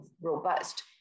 robust